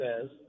says